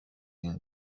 این